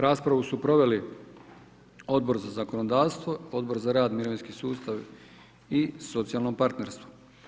Raspravu su proveli Odbor za zakonodavstvo, Odbor za rad, mirovinski sustav i socijalno partnerstvo.